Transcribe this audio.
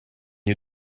you